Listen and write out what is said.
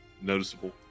noticeable